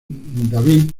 david